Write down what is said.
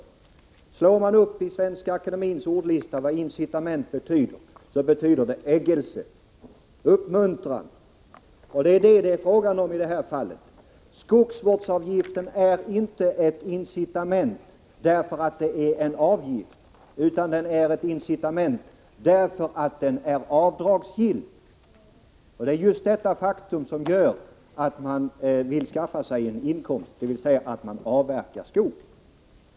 Om man slår upp ordet incitament i Svenska akademiens ordlista får man veta att det betyder ”eggelse” och ”uppmuntran”. Det är vad det är fråga om i det här fallet. Skogsvårdsavgiften är inte ett incitament därför att den är just en avgift, utan den är det därför att den är avdragsgill. Det är just detta faktum som gör att skogsägaren vill skaffa sig en inkomst genom att avverka skog.